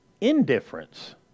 indifference